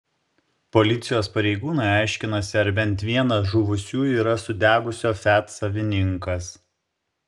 policijos pareigūnai aiškinasi ar bent vienas žuvusiųjų yra sudegusio fiat savininkas